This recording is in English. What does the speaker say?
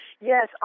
Yes